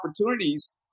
opportunities